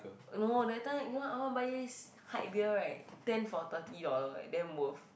no that time you know I want buy this hike beer right ten for thirty dollar eh damn worth